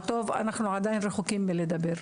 על טוב אנחנו עדיין רחוקים מלדבר.